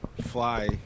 fly